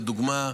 לדוגמה,